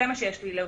זה מה שיש לי להוסיף.